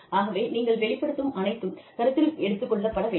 ஆகவே நீங்கள் வெளிப்படுத்தும் அனைத்தும் கருத்தில் எடுத்துக் கொள்ளப்பட வேண்டும்